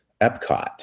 Epcot